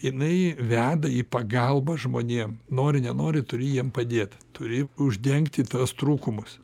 jinai veda į pagalbą žmonėm nori nenori turi jiem padėt turi uždengti tuos trūkumus